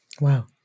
Wow